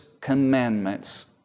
commandments